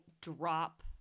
drop